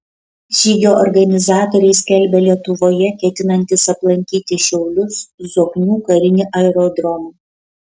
žygio organizatoriai skelbia lietuvoje ketinantys aplankyti šiaulius zoknių karinį aerodromą